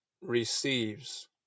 receives